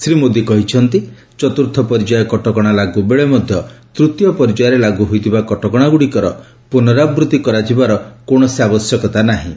ଶ୍ରୀ ମୋଦି କହିଛନ୍ତି ଚତୁର୍ଥ ପର୍ଯ୍ୟାୟ କଟକଣା ଲାଗୁବେଳେ ମଧ୍ୟ ତୂତୀୟ ପର୍ଯ୍ୟାୟରେ ଲାଗୁ ହୋଇଥିବା କଟକଶା ଗୁଡ଼ିକର ପୁନରାବୃତ୍ତି କରାଯିବାର କୌଣସି ଆବଶ୍ୟକତା ନାହିଁ